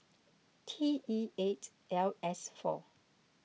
T E eight L S four